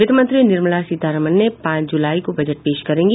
वित्तमंत्री निर्मला सीतारामन पांच जुलाई को बजट पेश करेंगी